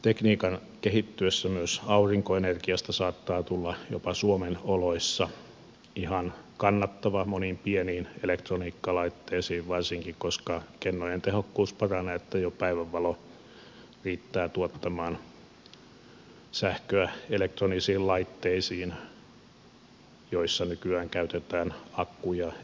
tekniikan kehittyessä myös aurinkoenergiasta saattaa tulla jopa suomen oloissa ihan kannattava moniin pieniin elektroniikkalaitteisiin varsinkin koska kennojen tehokkuus paranee niin että jo päivänvalo riittää tuottamaan sähköä elektronisiin laitteisiin joissa nykyään käytetään akkuja ja muita